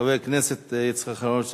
חבר הכנסת יצחק אהרונוביץ,